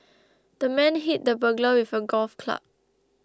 the man hit the burglar with a golf club